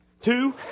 Two